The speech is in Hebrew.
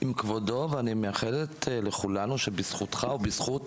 עם כבודו ואני מאחלת לכולנו שבזכותך ובזכות